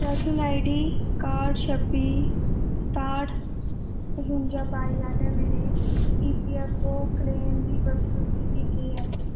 trekking I D काह्ठ छब्बी सताह्ठ पचुंजा बाई आह्ले मेरे E P F O claim दी वस्तु स्थिति केह् ऐ